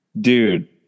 dude